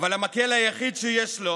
אבל המקל היחיד שיש לו